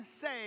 say